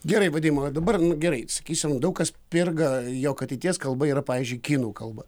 gerai vadimai o dabar gerai sakysim daug kas spirga jog ateities kalba yra pavyzdžiui kinų kalba